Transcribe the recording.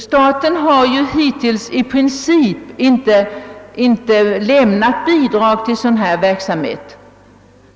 Staten har hittills i princip inte lämnat bidrag till sådan här verksamhet.